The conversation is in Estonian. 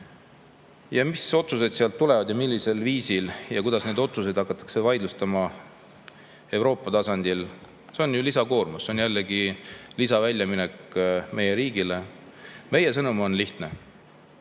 Mis otsused sealt tulevad, millisel viisil ja kuidas neid otsuseid hakatakse vaidlustama Euroopa tasandil – see on ju lisakoormus, see on jällegi väljaminek meie riigile. Meie sõnum on lihtne,